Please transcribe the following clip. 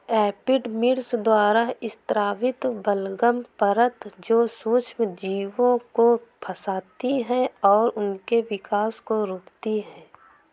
epidermis द्वारा स्रावित बलगम परत जो सूक्ष्मजीवों को फंसाती है और उनके विकास को रोकती है